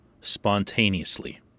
spontaneously